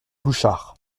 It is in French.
bouchard